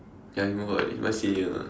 ya he moved out already he's my senior